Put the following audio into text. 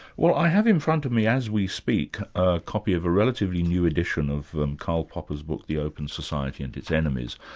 well, i have in front of me, as we speak, a copy of a relatively new edition of karl popper's book open society and its enemies,